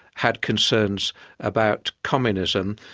had concerns about communism,